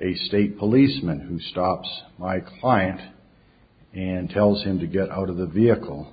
a state policeman who stops my client and tells him to get out of the vehicle